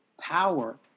power